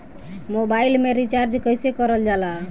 Mobile में recharge कइसे करल जाला?